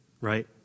right